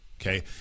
okay